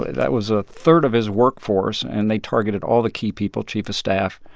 that was a third of his workforce, and they targeted all the key people chief of staff.